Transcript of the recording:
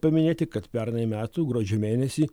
paminėti kad pernai metų gruodžio mėnesį